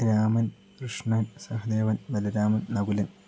Raman Krishnan Sahadevan Balaraman Nakulan